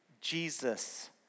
Jesus